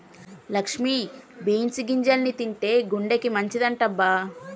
Lakshmi beans గింజల్ని తింటే గుండెకి మంచిదంటబ్బ